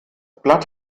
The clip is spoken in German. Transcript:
blatt